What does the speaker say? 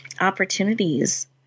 opportunities